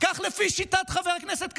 כך לפי שיטת חבר הכנסת כסיף,